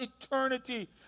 eternity